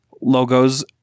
Logos